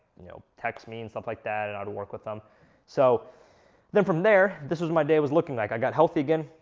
you know, text me and stuff like that and i would work with them so then from there, this was my day was looking like i got healthy again,